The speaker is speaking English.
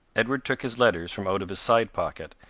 edward took his letters from out of his side-pocket,